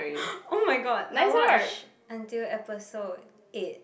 oh my god I watch until episode eight